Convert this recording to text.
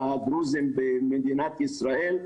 ₪ לדרוזים במדינת ישראל,